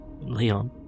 Leon